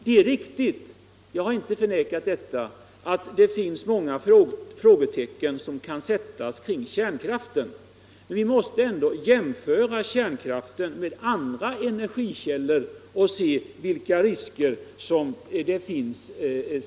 Det är riktigt — jag har inte förnekat det — att det finns många frågetecken som kan sättas kring kärnkraften, men vi måste ändå jämföra kärnkraften med andra energikällor, när vi ser på vilka risker det finns.